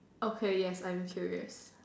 okay yes I'm curious